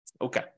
Okay